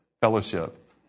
Fellowship